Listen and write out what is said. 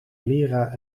lira